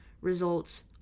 results